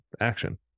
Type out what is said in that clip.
action